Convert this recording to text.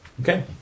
okay